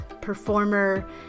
performer